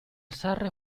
sarre